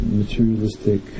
materialistic